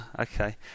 okay